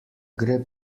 gre